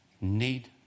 need